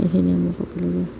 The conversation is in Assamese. এইখিনি